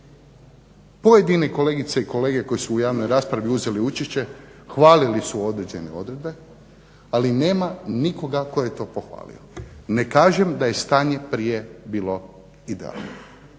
Pojedine kolegice i kolege koje su u javnoj raspravi uzeli učešće hvalili su određene odredbe ali nema nikoga tko je to pohvalio. Ne kažem da je stanje prije bilo idealno,